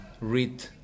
read